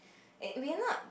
we are not